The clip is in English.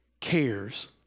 cares